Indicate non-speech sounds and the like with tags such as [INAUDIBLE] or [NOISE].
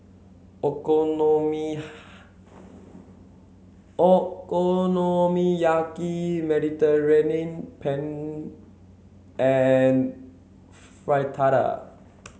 [UNINTELLIGIBLE] Okonomiyaki Mediterranean Penne and Fritada